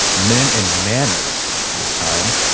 men and manners this time.